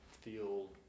feel